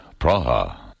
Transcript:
Praha